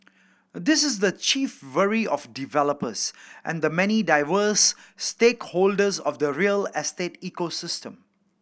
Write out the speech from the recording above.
this is the chief worry of developers and the many diverse stakeholders of the real estate ecosystem